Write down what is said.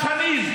לשלם,